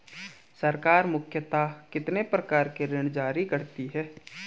सरकार मुख्यतः कितने प्रकार के ऋण जारी करती हैं?